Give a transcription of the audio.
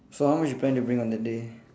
so how much you plan to bring on that day